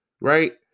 right